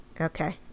okay